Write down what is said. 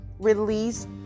release